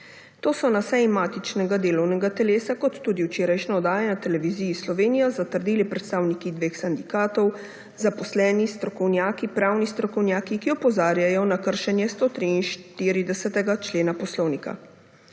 To so na seji matičnega delovnega telesa kot tudi v včerajšnji oddaji na Televiziji Slovenija zatrdili predstavniki dveh sindikatov, zaposleni, strokovnjaki, pravni strokovnjaki, ki opozarjajo na kršenje 143. člena Poslovnika.